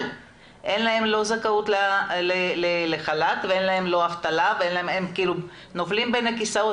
אין להם זכאות לחל"ת ואין להם אבטלה והם נופלים בין הכיסאות,